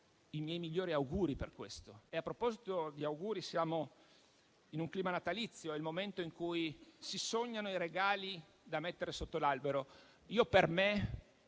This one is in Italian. i miei migliori auguri per questo. A proposito di auguri, siamo in un clima natalizio, è il momento in cui si sognano i regali da mettere sotto l'albero. Per me,